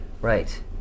Right